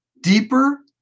deeper